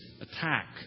attack